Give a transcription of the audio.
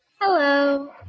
Hello